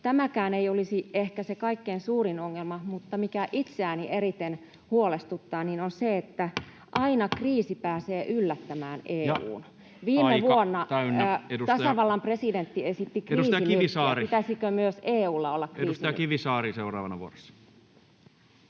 Tämäkään ei olisi ehkä se kaikkein suurin ongelma, mutta se, mikä itseäni eniten huolestuttaa, on se, että aina kriisi pääsee yllättämään EU:n. [Puhemies: Ja aika täynnä!] Viime vuonna tasavallan presidentti esitti kriisinyrkkiä. Pitäisikö myös EU:lla olla kriisinyrkki?